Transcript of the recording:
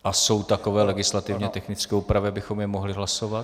A jsou takové legislativně technické úpravy, abychom je mohli hlasovat?